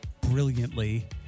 brilliantly